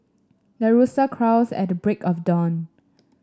the rooster crows at the break of dawn